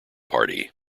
party